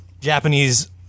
Japanese